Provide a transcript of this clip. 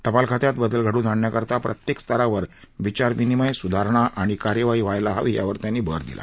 टपाल खात्यात बदल घडवून आणण्याकरता प्रत्येक स्तरावर विचारविनिमय सुधारणा आणि कार्यवाही व्हायला हवी यावर त्यांनी भर दिला